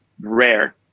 rare